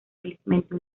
felizmente